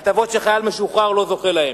ההטבות שחייל משוחרר לא זוכה להן.